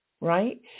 right